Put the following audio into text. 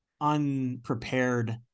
unprepared